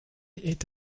ate